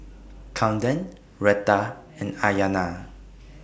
Kamden Retta and Aiyana